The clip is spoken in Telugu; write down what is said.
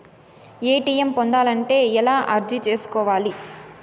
ఎ.టి.ఎం పొందాలంటే ఎలా అర్జీ సేసుకోవాలి?